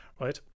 right